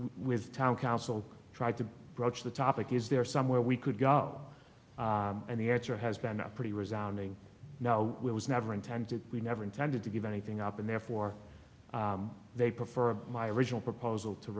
with town council tried to broach the topic is there somewhere we could go and the answer has been pretty resoundingly no was never intended we never intended to give anything up and therefore they prefer my original proposal to